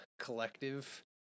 Collective